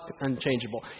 unchangeable